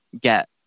get